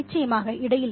நிச்சயமாக இடையில்